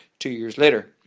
two years later!